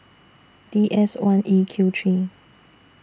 D S one E Q three